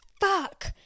fuck